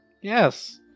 Yes